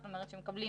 זאת אומרת שמקבלים